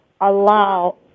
allow